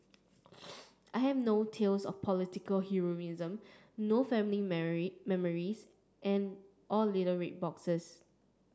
I have no tales of political heroism no family memories and or little red boxes